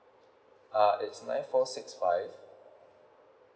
uh it's nine four six five